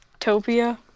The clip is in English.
topia